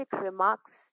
remarks